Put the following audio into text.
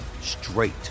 straight